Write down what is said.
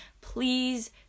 Please